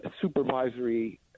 supervisory